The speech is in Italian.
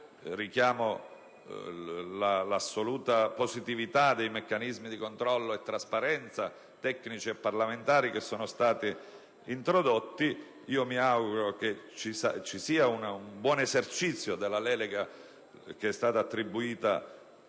richiamo l'assoluta positività dei meccanismi di controllo e trasparenza tecnici e parlamentari introdotti, e mi auguro che ci sia un buon esercizio della delega attribuita